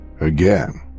Again